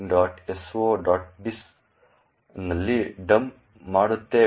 diss ನಲ್ಲಿ dump ಮಾಡುತ್ತೇವೆ